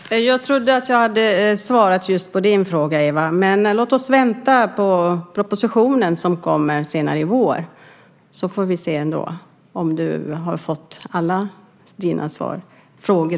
Herr talman! Jag trodde att jag hade svarat just på din fråga, Ewa. Men låt oss vänta på propositionen som kommer senare i vår. Då får vi se om du får svar på alla dina frågor.